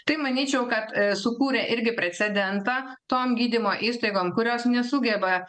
tai manyčiau kad sukūrė irgi precedentą tom gydymo įstaigom kurios nesugeba